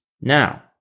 Now